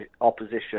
opposition